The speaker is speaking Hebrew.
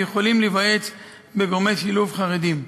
ויכולים להיוועץ בגורמי שילוב חרדיים.